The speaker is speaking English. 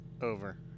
Over